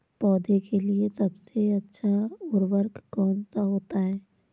पौधे के लिए सबसे अच्छा उर्वरक कौन सा होता है?